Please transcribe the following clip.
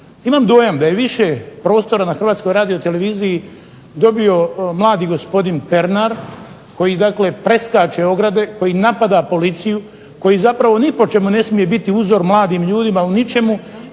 Imam dojam da je više prostora na HRT-u dobio mladi gospodin Pernar koji dakle preskače ograde, koji napada policiju, koji zapravo ni po čemu ne smije biti uzor mladim ljudima u ničemu